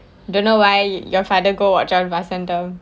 don't know why your father go [what] vasantham